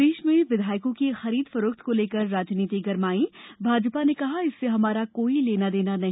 प्रदेश में विधायकों की खरीद फरोख्त को लेकर राजनीति गरमाई भाजपा ने कहा इससे हमारा कोई लेना देना नहीं